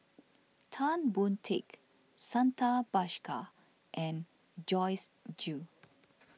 Tan Boon Teik Santha Bhaskar and Joyce Jue